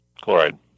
Chloride